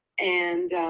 and